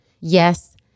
Yes